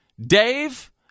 Dave